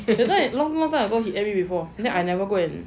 that time was long long time ago he add me before then I never go and